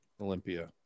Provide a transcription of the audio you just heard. Olympia